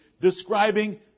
describing